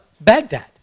Baghdad